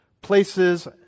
places